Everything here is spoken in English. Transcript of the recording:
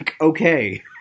Okay